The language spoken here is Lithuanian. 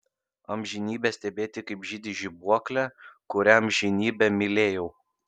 amžinybę stebėti kaip žydi žibuoklė kurią amžinybę mylėjau